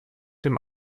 dem